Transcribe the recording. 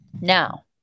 Now